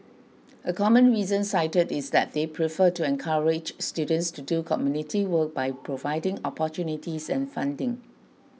a common reason cited is that they prefer to encourage students to do community work by providing opportunities and funding